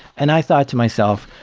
and i thought to myself,